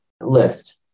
list